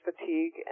fatigue